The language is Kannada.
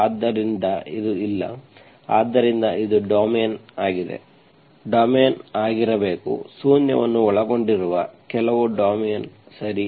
ಆದ್ದರಿಂದ ಇದು ಅಲ್ಲ ಆದ್ದರಿಂದ ಇದು ಡೊಮೇನ್ ಆಗಿದೆ ಡೊಮೇನ್ ಆಗಿರಬೇಕು ಶೂನ್ಯವನ್ನು ಒಳಗೊಂಡಿರದ ಕೆಲವು ಡೊಮೇನ್ ಸರಿ